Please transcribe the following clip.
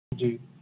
جی